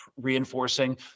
Reinforcing